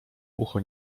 ucho